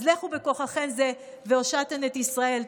אז לכו בכוחכם זה והושעתם את ישראל.